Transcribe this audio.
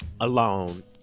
alone